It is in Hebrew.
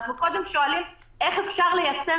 אנחנו קודם שואלים איך אפשר לייצר